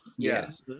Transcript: Yes